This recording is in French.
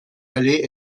aller